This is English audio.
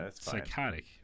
psychotic